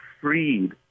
freed